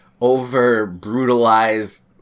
over-brutalized